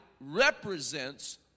represents